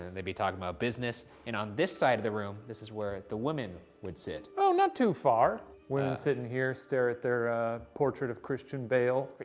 they'd be talking about business. and on this side of the room, this is where the women would sit. oh, not too far. women sit in here, stare at their portrait of christian bale. but